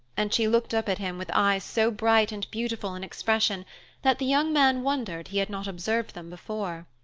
and she looked up at him with eyes so bright and beautiful in expression that the young man wondered he had not observed them before.